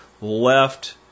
left